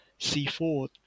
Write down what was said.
C4